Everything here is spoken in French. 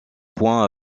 point